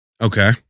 Okay